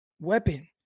weapon